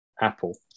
Apple